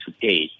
today